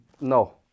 No